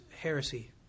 heresy